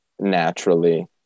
naturally